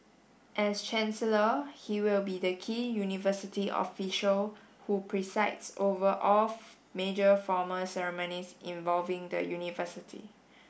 as chancellor he will be the key university official who presides over off major formal ceremonies involving the university